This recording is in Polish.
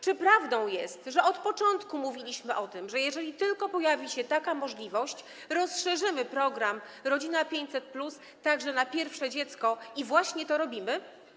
Czy prawdą jest, że od początku mówiliśmy o tym, że jeżeli tylko pojawi się taka możliwość, rozszerzymy program „Rodzina 500+” także na pierwsze dziecko i właśnie to robimy?